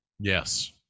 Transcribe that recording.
Yes